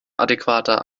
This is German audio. adäquater